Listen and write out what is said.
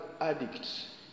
addicts